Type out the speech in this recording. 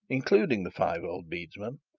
including the five old bedesmen,